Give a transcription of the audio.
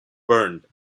burned